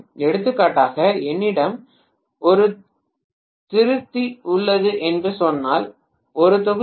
எடுத்துக்காட்டாக என்னிடம் ஒரு திருத்தி உள்ளது என்று சொன்னால் ஒரு தொகுதி வி